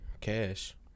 Cash